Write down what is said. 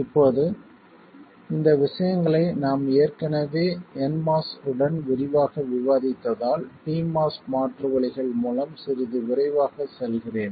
இப்போது இந்த விஷயங்களை நாம் ஏற்கனவே nMOS உடன் விரிவாக விவாதித்ததால் pMOS மாற்று வழிகள் மூலம் சிறிது விரைவாகச் செல்கிறேன்